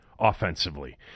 offensively